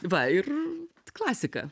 va ir klasika